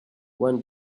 one